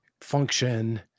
function